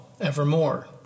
evermore